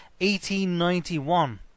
1891